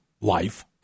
life